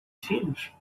filhos